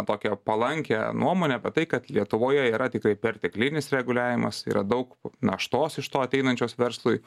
tokią palankią nuomonę apie tai kad lietuvoje yra tikrai perteklinis reguliavimas yra daug naštos iš to ateinančios verslui